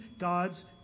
God's